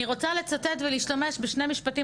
אני רוצה לצטט ולהשתמש בשני משפטים